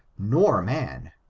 nor man,